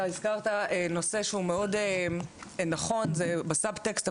אתה הזכרת נושא שהוא מאוד נכון בסאב טקסט,